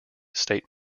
state